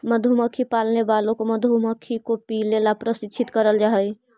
मधुमक्खी पालने वालों को मधुमक्खी को पीले ला प्रशिक्षित करल जा हई